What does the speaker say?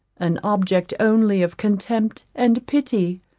an object only of contempt and pity.